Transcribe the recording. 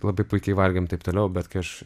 labai puikiai valgėm taip toliau bet kai aš